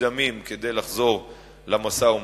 מוקדמים כדי לחזור למשא-ומתן.